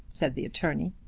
said the attorney.